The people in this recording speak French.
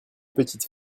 petites